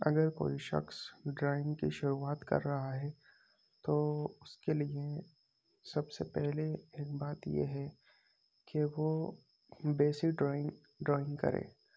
اگر کوئی شخص ڈرائنگ کی شروعات کر رہا ہے تو اس کے لیے سب سے پہلے ایک بات یہ ہے کہ وہ بیسک ڈرائنگ ڈرائنگ کرے